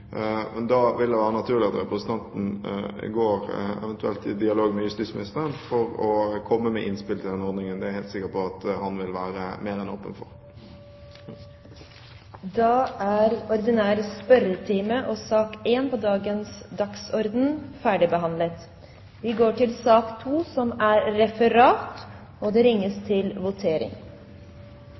Da vil det være naturlig at representanten eventuelt går i dialog med justisministeren for å komme med innspill til denne ordningen. Det er jeg helt sikker på at han vil være mer enn åpen for. Da er sak nr. 1 ferdigbehandlet. Dermed er dagens kart ferdigbehandlet.